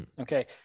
okay